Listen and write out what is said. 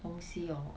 东西 hor